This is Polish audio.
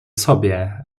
sobie